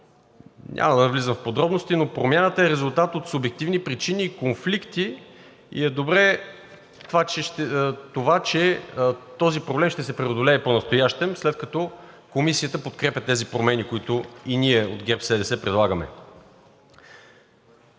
Няма да влизам в подробности, но промяната е резултат от субективни причини и конфликти и е добре това, че този проблем ще се преодолее понастоящем, след като Комисията подкрепя тези промени, които и ние от ГЕРБ-СДС предлагаме.